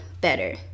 better